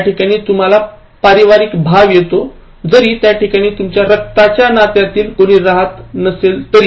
ज्या ठिकाणी तुम्हाला पारिवारिक भाव येतो जरी त्या ठिकाणी तुमच्या रक्ताच्या नात्यातील कोणी राहत नसेल तरी